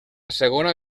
segona